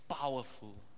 powerful